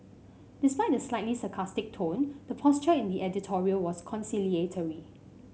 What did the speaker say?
despite the slightly sarcastic tone the posture in the editorial was conciliatory